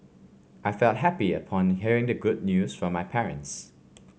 I felt happy upon hearing the good news from my parents